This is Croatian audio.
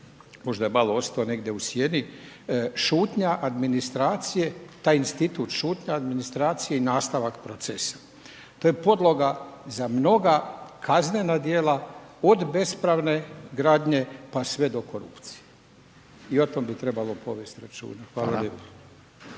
možda je malo ostao negdje u sjeni. Šutnja administracije, taj institut šutnja administracije i nastavak procesa to je podloga za mnoga kaznena djela od bespravne gradnje pa sve do korupcije i o tome bi trebalo povesti računa. Hvala